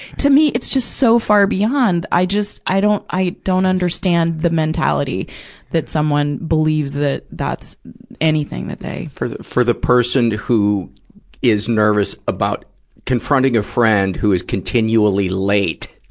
to me it's just so far beyond. i just, i don't, i don't understand the mentality that someone believes that that's anything that they paul for the, for the person who is nervous about confronting a friend who is continually late,